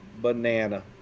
banana